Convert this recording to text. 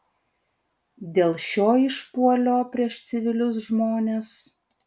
dėl šio išpuolio prieš civilius žmones